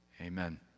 amen